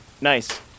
Nice